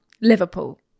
Liverpool